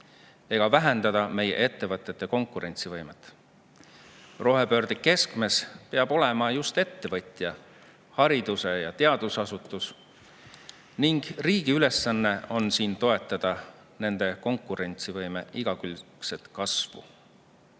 ega vähendada meie ettevõtete konkurentsivõimet. Rohepöörde keskmes peab olema just ettevõtja ning haridus‑ ja teadusasutus, riigi ülesanne on aga toetada nende konkurentsivõime igakülgset kasvu.